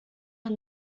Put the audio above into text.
are